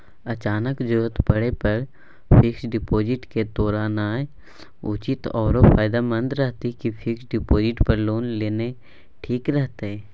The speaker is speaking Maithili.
अचानक जरूरत परै पर फीक्स डिपॉजिट के तोरनाय उचित आरो फायदामंद रहतै कि फिक्स डिपॉजिट पर लोन लेनाय ठीक रहतै?